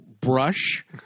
brush